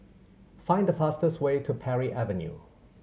find the fastest way to Parry Avenue